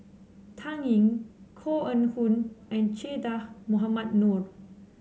Dan Ying Koh Eng Hoon and Che Dah Mohamed Noor